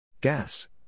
Gas